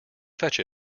fetch